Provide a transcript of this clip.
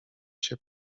się